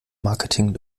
marketing